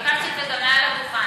ביקשתי את זה גם מעל הדוכן.